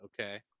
Okay